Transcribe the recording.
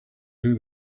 took